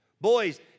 Boys